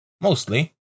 mostly